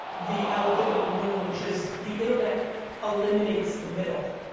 the elephant in the room which is the internet eliminates the middle.